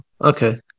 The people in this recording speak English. Okay